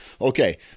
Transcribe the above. Okay